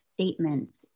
statement